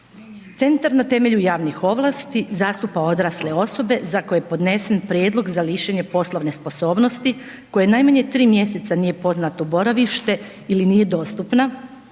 Centar na temelju javnih ovlasti zastupa odrasle osobe za koje je podnesen prijedlog za lišenje poslovne sposobnosti kojoj najmanje tri mjeseca nije poznato boravište ili nije dostupna,